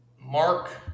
Mark